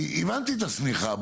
כי הבנתי את השמיכה,